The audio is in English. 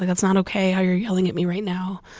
ah that's not ok how you're yelling at me right now.